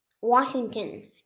Washington